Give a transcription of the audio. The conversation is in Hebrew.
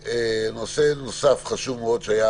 ונושא נוסף חשוב מאוד שהיה: